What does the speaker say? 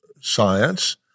science